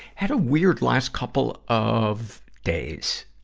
had a weird last couple of days.